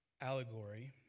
allegory